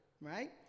right